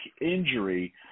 injury